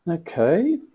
ok,